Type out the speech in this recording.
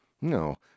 No